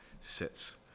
sits